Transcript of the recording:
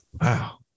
Wow